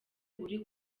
uri